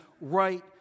right